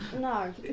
no